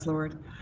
Lord